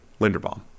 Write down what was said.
Linderbaum